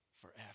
forever